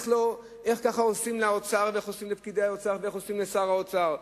איך ככה עושים לאוצר ואיך עושים לפקידי האוצר ואיך עושים לשר האוצר.